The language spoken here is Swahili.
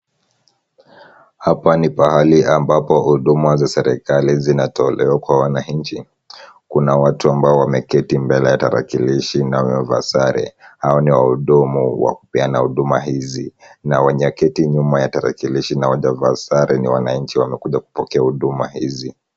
Hapa ni pahali ambapo huduma za serikali zinatolewa kwa wananchi. Kuna watu ambao wameketi mbele ya tarakilishi na wamevaa sare. Hao ni wahudumu wa kupeana huduma hizi na wenye keti nyuma ya tarakilishi na hawajavaa sare ni wananchi wamekua kupokea huduma hizi.